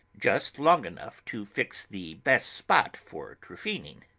just long enough to fix the best spot for trephining,